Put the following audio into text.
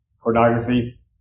Pornography